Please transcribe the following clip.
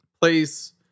place